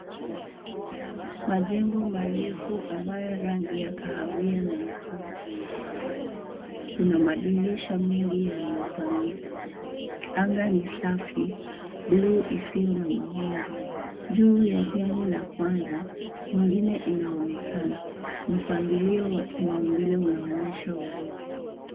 Majengo marefu ambayo rangi ya kahawia na nyekundu zimetawala. Kuna madirisha mengi yaliyopangika. Anga ni safi, bluu isiyo na mawingu. Juu ya jengo la kwanza, nyingine inaonekana. Mpangilio wa kimaumbile unaonyesha urefu.